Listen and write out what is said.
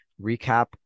recap